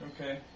Okay